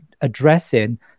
addressing